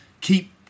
Keep